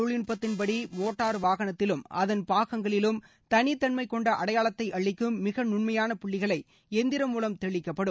தொழில்நுட்பத்தின்படி motor பாகங்களிலும் microdot வாகனத்திலும் அதன் தளித்தன்மைகொண்ட அடையாளத்தை அளிக்கும் மிக நுண்மையான புள்ளிகளை எந்திரம் மூலம் தெளிக்கப்படும்